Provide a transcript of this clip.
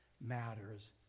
matters